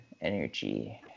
energy